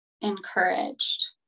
encouraged